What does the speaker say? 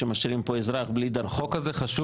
שמשאירים פה אזרח בלי דרכון --- החוק הזה חשוב